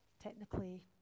technically